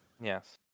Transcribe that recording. Yes